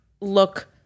look